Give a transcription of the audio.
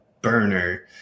Burner